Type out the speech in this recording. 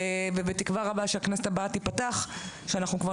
ובתקווה רבה שהכנסת הבאה תיפתח כשאנחנו נהיה כבר